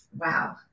Wow